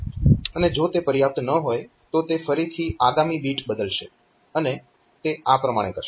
અને જો તે પર્યાપ્ત ન હોય તો તે ફરીથી આગામી બીટ બદલશે અને તે આ પ્રમાણે કરશે